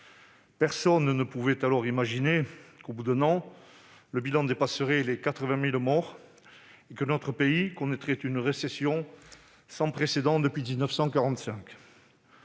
Personne ne pouvait alors imaginer que, un an plus tard, le bilan dépasserait 80 000 morts et que notre pays connaîtrait une récession sans précédent depuis 1945.